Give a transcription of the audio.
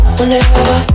Whenever